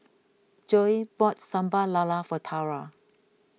Joye bought Sambal Lala for Tara